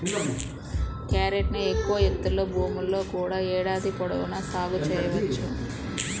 క్యారెట్ను ఎక్కువ ఎత్తులో భూముల్లో కూడా ఏడాది పొడవునా సాగు చేయవచ్చు